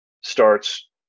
starts